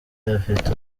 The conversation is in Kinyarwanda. afite